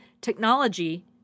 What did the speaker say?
Technology